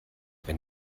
wenn